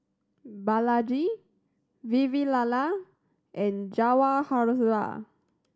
Balaji Vavilala and Jawaharlal